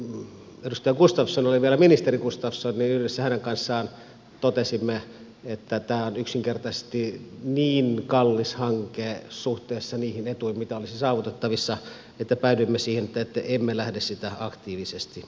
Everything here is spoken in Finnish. silloin kun edustaja gustafsson oli vielä ministeri gustafsson yhdessä hänen kanssaan totesimme että tämä on yksinkertaisesti niin kallis hanke suhteessa niihin etuihin joita olisi saavutettavissa että päädyimme siihen että emme lähde sitä aktiivisesti ajamaan